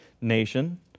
nation